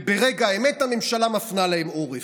וברגע האמת הממשלה מפנה להם עורף,